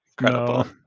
Incredible